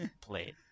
played